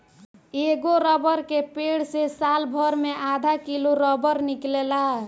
एगो रबर के पेड़ से सालभर मे आधा किलो रबर निकलेला